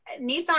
Nissan